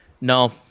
No